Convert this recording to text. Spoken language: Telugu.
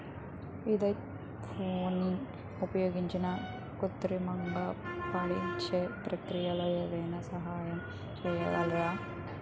ఈథెఫోన్ని ఉపయోగించి కృత్రిమంగా పండించే ప్రక్రియలో ఎవరైనా సహాయం చేయగలరా?